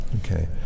okay